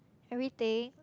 everything